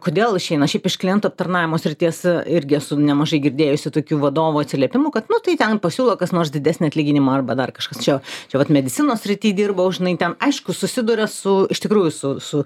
kodėl išeina šiaip iš klientų aptarnavimo srities irgi esu nemažai girdėjusi tokių vadovų atsiliepimų kad nu tai ten pasiūlo kas nors didesnį atlyginimą arba dar kažkas čia čia vat medicinos srityje dirbau žinai ten aišku susiduria su iš tikrųjų su